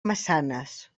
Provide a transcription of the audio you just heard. massanes